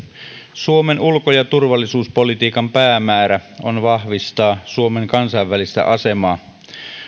suomen ulko ja turvallisuuspolitiikan päämäärä on vahvistaa suomen kansainvälistä asemaa